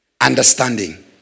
Understanding